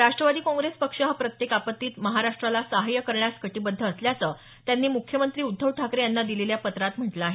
राष्ट्रवादी काँग्रेस पक्ष हा प्रत्येक आपत्तीत महाराष्ट्राला सहाय्य करण्यास कटिबद्ध असल्याचं त्यांनी मुख्यमंत्री उद्धव ठाकरे यांना दिलेल्या पत्रात म्हटलं आहे